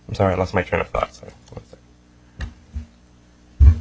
i'm sorry i lost my train of thought